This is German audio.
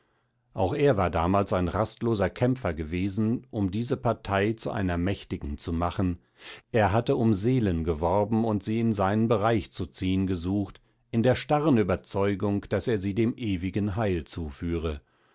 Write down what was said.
auch er war damals ein rastloser kämpfer gewesen um diese partei zu einer mächtigen zu machen er hatte um seelen geworben und sie in sein bereich zu ziehen gesucht in der starren ueberzeugung daß er sie dem ewigen heil zuführe